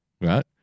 right